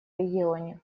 регионе